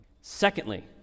Secondly